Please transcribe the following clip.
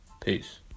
Peace